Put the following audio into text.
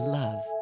love